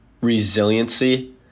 resiliency